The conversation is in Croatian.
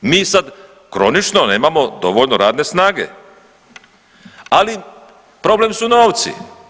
Mi sad kronično nemamo dovoljno radne snage, ali problem su novci.